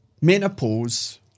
menopause